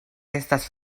estas